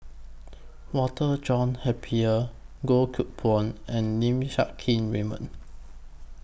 Walter John Napier Goh Koh Pui and Lim Siang Keat Raymond